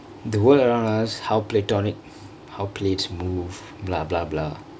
the world around us how tectonic plates move blah blah blah